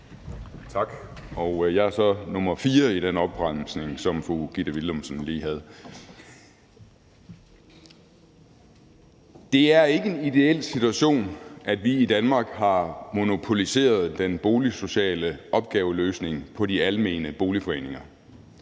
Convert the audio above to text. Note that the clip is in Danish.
jeg er så nummer fire i den opremsning, som fru Gitte Willumsen lige havde. Det er ikke en ideel situation, at vi i Danmark har monopoliseret den boligsociale opgaveløsning på de almene boligforeninger.